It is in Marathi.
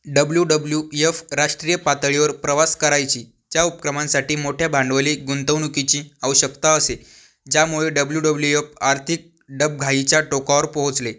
डब्लू डब्लू यफ राष्ट्रीय पातळीवर प्रवास करायची ज्या उपक्रमांसाठी मोठ्या भांडवली गुंतवणुकीची आवश्यकता असे ज्यामुळे डब्लू डब्लू यफ आर्थिक डबघाईच्या टोकावर पोहोचले